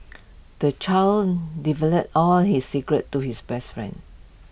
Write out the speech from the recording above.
the child divulged all his secrets to his best friend